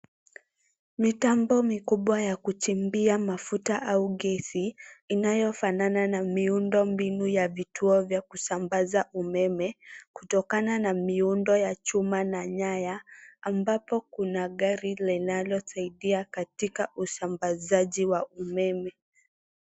Mitambo mikubwa ya kuchimbia mafuta au gesi inayo fanana na miundo mbinu ya vituo vya kusambaza umeme kutokana na miundo ya chuma na nyaya ambapo kuna gari linalo saidia katika usambazaji wa umeme.